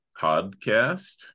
podcast